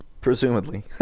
Presumably